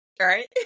right